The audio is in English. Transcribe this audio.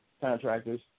contractors